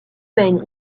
main